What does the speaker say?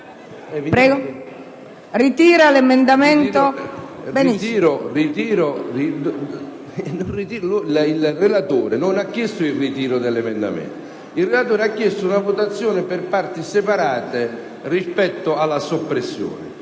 Il relatore non ha chiesto il ritiro dell'emendamento 28-*octies*.200, ma una votazione per parti separate rispetto alla soppressione.